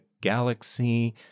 galaxy